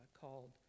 called